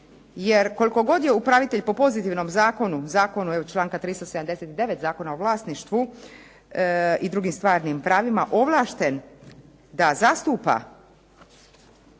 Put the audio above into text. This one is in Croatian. Jer koliko god je upravitelj po pozitivnom zakonu, zakonu članka 379. Zakona o vlasništvu i drugim stvarnim pravima ovlašten da zastupa